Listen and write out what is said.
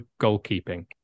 Goalkeeping